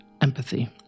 empathy